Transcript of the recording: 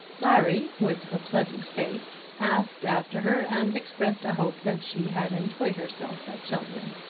larry, with a pleasant face, asked after her, and expressed a hope that she had enjoyed herself at cheltenham.